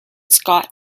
scott